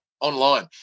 online